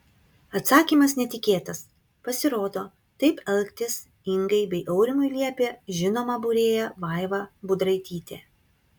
atsakymas netikėtas pasirodo taip elgtis ingai bei aurimui liepė žinoma būrėja vaiva budraitytė